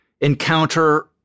encounter